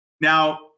Now